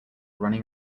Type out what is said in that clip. running